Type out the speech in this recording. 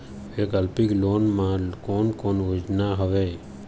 वैकल्पिक लोन मा कोन कोन योजना हवए?